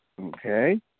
Okay